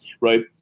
right